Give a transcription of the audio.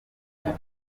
hamwe